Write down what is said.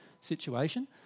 situation